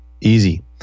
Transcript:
Easy